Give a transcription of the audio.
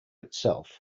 itself